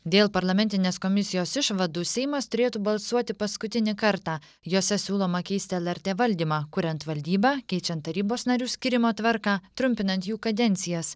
dėl parlamentinės komisijos išvadų seimas turėtų balsuoti paskutinį kartą jose siūloma keisti lrt valdymą kuriant valdybą keičiant tarybos narių skyrimo tvarką trumpinant jų kadencijas